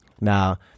Now